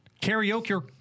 karaoke